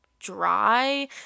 dry